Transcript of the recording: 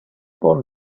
bon